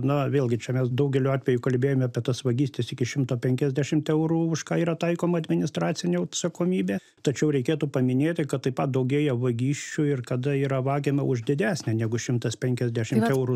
na vėlgi čia mes daugeliu atveju kalbėjome apie tas vagystės iki šimto penkiasdešimt eurų už ką yra taikoma administracinė atsakomybė tačiau reikėtų paminėti kad taip pat daugėja vagysčių ir kada yra vagiama už didesnę negu šimtas penkiasdešimt eurų